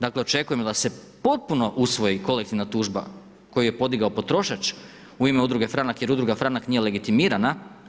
Ja očekujem da se potpuno usvoji kolektivna tužba koju je podigao potrošač u ime Udruge Franak jer Udruga Franak nije legitimirana.